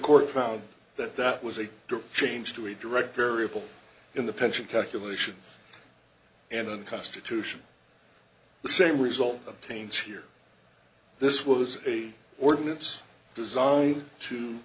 court found that that was a change to a direct variable in the pension calculation and unconstitutional the same result obtained here this was a ordinance